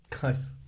Guys